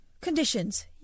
Conditions